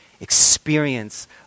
experience